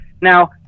Now